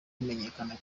bimenyekana